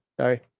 Sorry